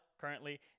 currently